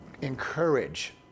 encourage